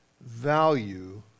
value